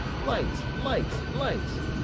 lights, lights, lights!